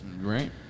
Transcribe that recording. Right